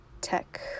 tech